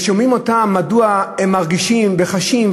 ושומעים אותם מדוע הם מרגישים וחשים,